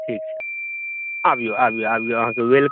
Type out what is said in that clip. ठीक छै अबियौ अहाँके वेलकम